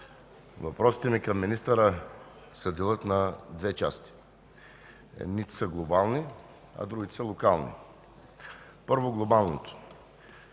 Въпросите ми към министъра се делят на две части. Едните са глобални, а другите са локални. Първо глобалното.